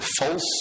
false